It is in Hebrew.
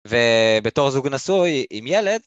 ובתור זוג נשוי עם ילד.